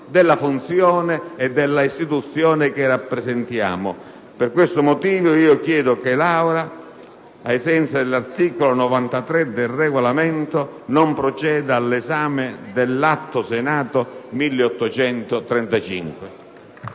della funzione e dell'istituzione che rappresentiamo. Per questo motivo chiedo che l'Assemblea, ai sensi dell'articolo 93 del Regolamento, non proceda all'esame del disegno di